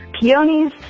Peonies